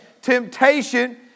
temptation